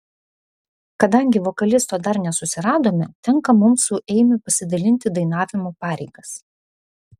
kadangi vokalisto dar nesusiradome tenka mums su eimiu pasidalinti dainavimo pareigas